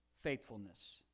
faithfulness